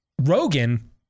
Rogan